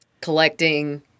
collecting